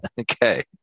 Okay